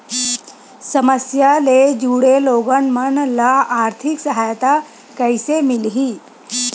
समस्या ले जुड़े लोगन मन ल आर्थिक सहायता कइसे मिलही?